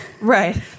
Right